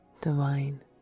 divine